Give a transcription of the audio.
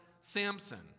Samson